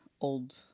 old